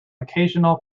occasional